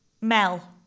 Mel